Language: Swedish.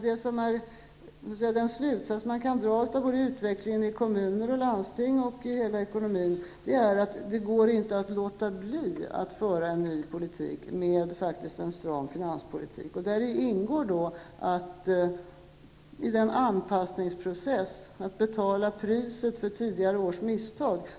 Den slutsats man kan dra av utvecklingen i kommuner och landsting och i hela ekonomin är att det inte går att låta bli att föra en ny politik, med en stram finanspolitik, där det ingår att i anpassningsprocessen betala priset för tidigare års misstag.